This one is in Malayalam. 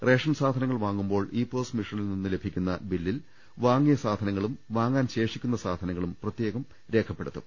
റേഷൻ സാധനങ്ങൾ വാങ്ങുമ്പോൾ ഇ പോസ് മെഷീനിൽ നിന്ന് ലഭിക്കുന്ന ബില്ലിൽ വാങ്ങിയ സാധനങ്ങളും വാങ്ങാൻ ശേഷിക്കുന്ന സാധനങ്ങളും പ്രത്യേകം രേഖപ്പെടുത്തും